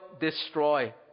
destroy